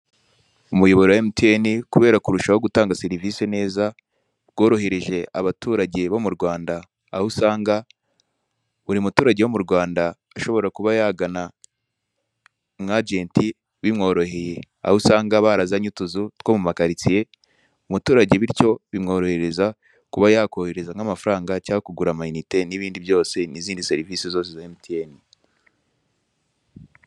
Umuyoboro wa MTN, kubera kurushaho gutanga serivise neza, bworohereje abaturage bo mu Rwanda. Aho usanga buri muturage wo mu Rwanda ashobora kuba yagana umu agenti (agent) bumworoheye, aho usanga barazanye n'utuzu two muma karitsiye(cartie).Umuturage bityo bimworohereza kuba yakohereza nka mafaranga cyangwa kugura amayinite n'ibindi byose n'izindi serivise zose za MTN.